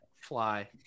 fly